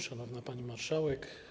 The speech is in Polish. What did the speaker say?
Szanowna Pani Marszałek!